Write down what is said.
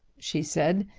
she said,